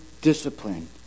discipline